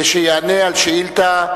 שיענה על שאילתא.